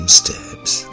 steps